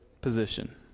position